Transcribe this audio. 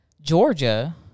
Georgia